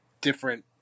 different